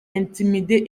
intimidé